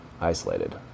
isolated